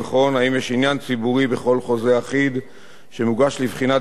עניין ציבורי בכל חוזה אחיד שמוגש לבחינת בית-הדין,